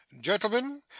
Gentlemen